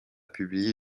publié